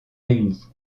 réunis